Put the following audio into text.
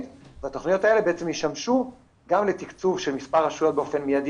והתכניות האלה ישמשו גם לתקצוב של מספר רשויות באופן מיידי,